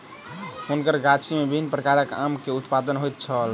हुनकर गाछी में विभिन्न प्रकारक आम के उत्पादन होइत छल